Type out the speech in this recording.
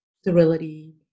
sterility